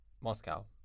Moscow